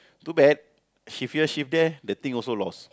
too bad shift here shift there the thing also lost